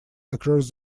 across